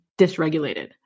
dysregulated